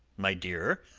my dear,